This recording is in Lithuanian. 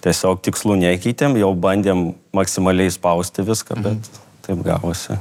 tiesiog tikslų nekeitėm jau bandėm maksimaliai išspausti viską bet taip gavosi